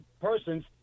persons